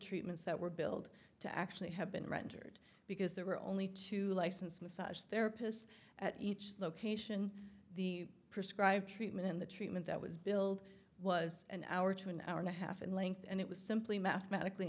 treatments that were billed to actually have been rendered because there were only two licensed massage therapists at each location the prescribed treatment and the treatment that was billed was an hour to an hour and a half in length and it was simply mathematically